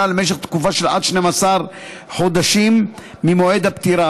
למשך תקופה של עד 12 חודשים ממועד הפטירה,